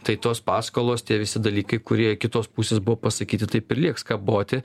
tai tos paskolos tie visi dalykai kurie kitos pusės buvo pasakyti taip ir liks kaboti